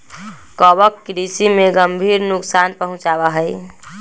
कवक कृषि में गंभीर नुकसान पहुंचावा हई